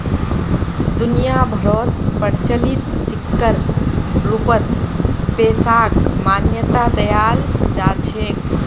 दुनिया भरोत प्रचलित सिक्कर रूपत पैसाक मान्यता दयाल जा छेक